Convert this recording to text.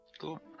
Cool